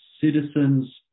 citizens